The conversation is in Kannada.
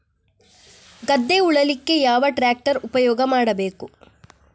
ಗದ್ದೆ ಉಳಲಿಕ್ಕೆ ಯಾವ ಟ್ರ್ಯಾಕ್ಟರ್ ಉಪಯೋಗ ಮಾಡಬೇಕು?